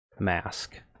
mask